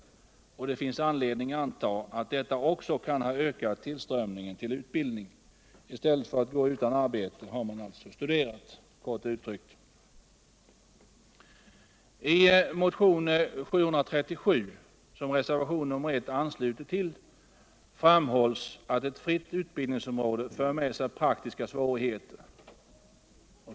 Det finns anledning anta att detta också kan ha ökat tillströmningen till utbildning. I stället för att gå utan arbete har man studerat, kort uttryckt. I motionen 737, som reservationen 1 ansluter till, framhålls att et fritt utbildningsområde för med sig praktiska svårigheter.